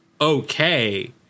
okay